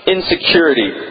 Insecurity